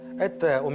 at the